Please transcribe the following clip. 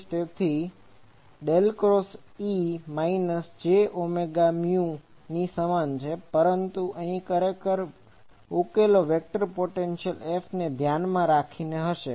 તેથી ∇×E J ω μ del cross Eમાઈનસ j omega mu ની સમાન છે પરંતુ અહીં ખરેખર આ ઉકેલો વેક્ટર પોટેન્શિઅલ F ને ધ્યાન માં રાખીને હશે